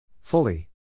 Fully